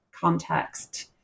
context